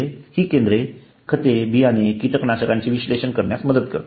ही केंद्रे खते बियाणे आणि कीटकनाशकांचे विश्लेषण करण्यास मदत करतात